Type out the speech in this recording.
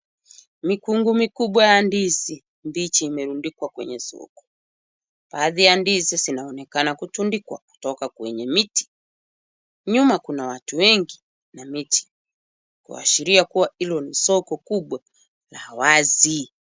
Mikungu mikubwa ya ndizi mbichi imerundikwa kwenye soko. Baadhi ya ndizi zinaonekana kutundikwa kutoka kwenye miti. Nyuma kuna watu wengi na miti kuashiria kuwa hilo ni soko kubwa la wazi.